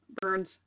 burns